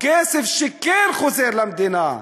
כסף שכן חוזר למדינה.